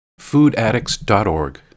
foodaddicts.org